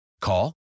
Call